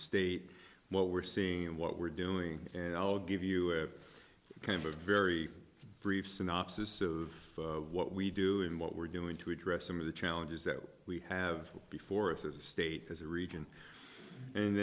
state what we're seeing and what we're doing and i'll give you a kind of very brief synopsis of what we do in what we're doing to address some of the challenges that we have before us as a state as a region and